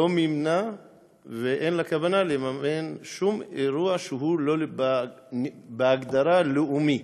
לא מימנה ואין לה כוונה לממן שום אירוע שהוא לא בהגדרה לאומית